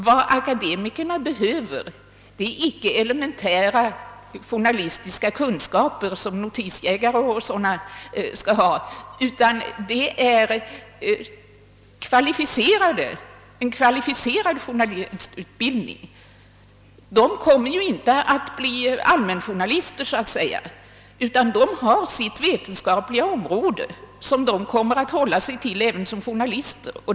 Vad akademikerna behöver är icke elementära journalistiska kunskaper — som notisjägare skall ha — utan det är en kvalificerad journalistutbildning. De kommer inte att bli allmänjournalister, utan de har sitt vetenskapliga område som de kommer att hålla sig till även som journalister.